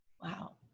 Wow